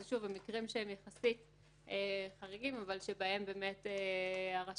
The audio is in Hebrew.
שוב, זה במקרים יחסית חריגים, שבהם הרשם